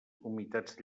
humitats